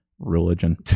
religion